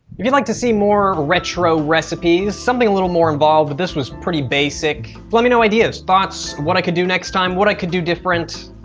you'd you'd like to see more retro recipes, something a little more involved but this was pretty basic let me know ideas, thoughts. what i could do next time? what i could do different?